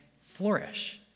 flourish